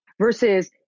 Versus